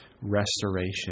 restoration